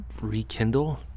rekindle